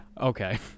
Okay